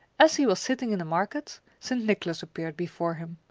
as he was sitting in the market, st. nicholas appeared, before him.